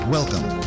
Welcome